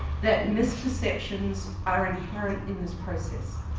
that misconceptions are inherent in this process.